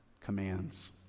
commands